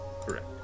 Correct